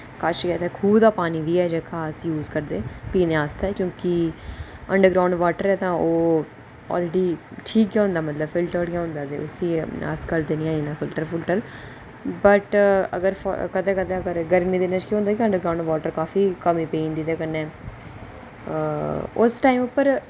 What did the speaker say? कश गै इत्थै खूह् दा पानी बी ऐ जेह्का अस यूज करदे पीने आस्तै क्योंकि अंडरग्राउंड वाटर ऐ तां ओह् आलरेडी ठीक ई होंदा मतलब फिल्टर्ड गै होंदा उसी अस करदे निं ऐ इन्ना फिल्टर फुल्टर बट अगर कदेें कदें गर्मी दे दिनें च केह् होंदा कि अंडरग्राउंड वाटर काफी कमी पेई जंदी ते कन्नै उस टाइम उप्पर